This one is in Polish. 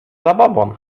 zabobon